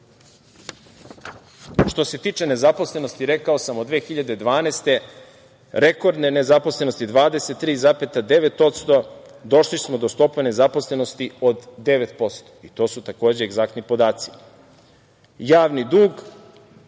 se tiče nezaposlenosti, rekao sam - 2012. godine rekordne nezaposlenosti 23,9% došli smo do stope nezaposlenosti od 9%. To su, takođe, egzaktni podaci. Javni